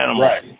Right